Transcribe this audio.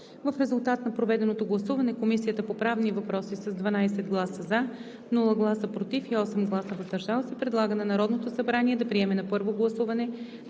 В резултат на проведеното гласуване Комисията по правни въпроси с 12 гласа „за“, без „против“ и 8 гласа „въздържал се“ предлага на Народното събрание да приеме на първо гласуване